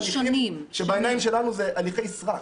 בניהול הליכים, שבעיניים שלנו הם הליכי סרק.